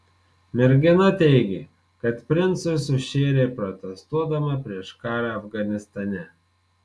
mergina teigė kad princui sušėrė protestuodama prieš karą afganistane